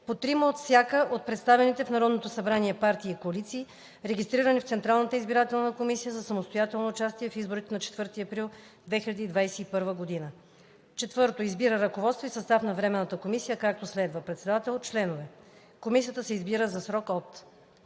по трима от всяка от представените в Народното събрание партии и коалиции, регистрирани в Централната избирателна комисия за самостоятелно участие в изборите на 4 април 2021 г. 4. Избира ръководство и състав на временната комисия както следва: председател, членове. Комисията се избира за срок от...“